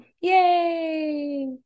yay